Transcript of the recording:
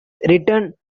written